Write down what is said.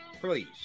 Please